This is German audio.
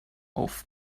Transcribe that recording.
auf